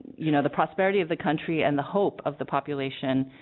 you know the prosperity of the country and the hope of the population